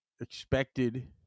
expected